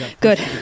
Good